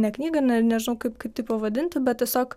ne knygą nežinau kaip kaip tai pavadinti bet tiesiog